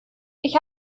ich